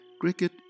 Cricket